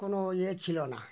কোনো ইয়ে ছিলো না